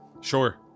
sure